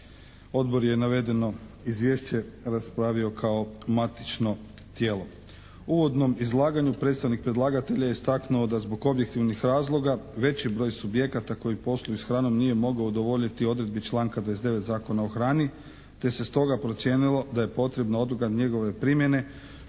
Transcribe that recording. Odbor je navedeno Izvješće raspravio kao matično tijelo. U uvodnom izlaganju predstavnik predlagatelja je istaknuo da zbog objektivnih razloga veći broj subjekata koji posluju s harnom nije mogao udovoljiti odredbi članka 29. Zakona o hrani, te se stoga procijenilo da je potrebna odgoda njegove primjene,